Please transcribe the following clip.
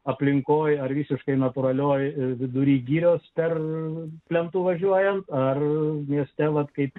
aplinkoje ar visiškai natūralioje ir vidury girios ten plentu važiuojant ar jie stela kaip